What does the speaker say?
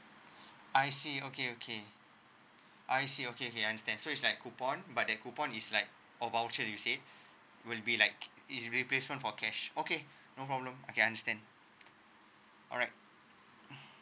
I see okay okay I see okay okay understand so it's like coupon but that coupon is like uh voucher you say will be like is replacement for cash okay no problem I can understand alright